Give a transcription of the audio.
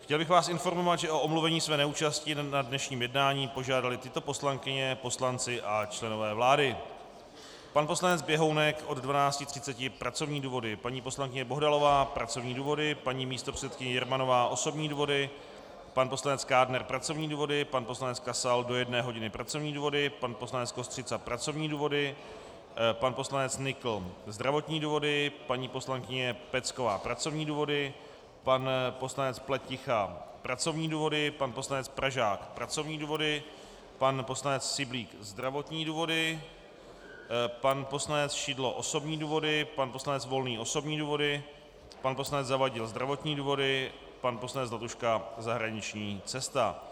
Chtěl bych vás informovat, že o omluvení své neúčasti na dnešním jednání požádali tyto poslankyně, poslanci a členové vlády: pan poslanec Běhounek od 12.30 pracovní důvody, paní poslankyně Bohdalová pracovní důvody, paní místopředsedkyně Jermanová osobní důvody, pan poslanec Kádner pracovní důvody, pan poslanec Kasal do 13. hodiny pracovní důvody, pan poslanec Kostřica pracovní důvody, pan poslanec Nykl zdravotní důvody, paní poslankyně Pecková pracovní důvody, pan poslanec Pleticha pracovní důvody, pan poslanec Pražák pracovní důvody, pan poslanec Syblík zdravotní důvody, pan poslanec Šidlo osobní důvody, pan poslanec Volný osobní důvody, pan poslanec Zavadil zdravotní důvody, pan poslanec Zlatuška zahraniční cesta.